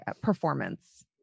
performance